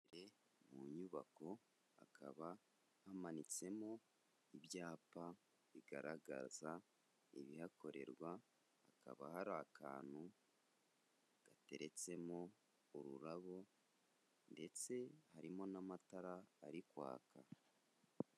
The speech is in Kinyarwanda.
Imbere mu nyubako hakaba hamanitsemo ibyapa bigaragaza ibihakorerwa, hakaba hari akantu gateretsemo ururabo, ndetse harimo n'amatara ari kwaka.